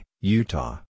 Utah